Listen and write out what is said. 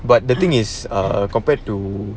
but the thing is err compared to